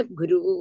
guru